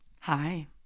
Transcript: Hi